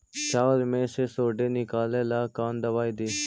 चाउर में से सुंडी निकले ला कौन दवाई दी?